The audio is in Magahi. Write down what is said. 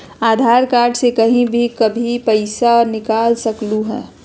आधार कार्ड से कहीं भी कभी पईसा निकाल सकलहु ह?